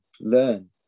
learn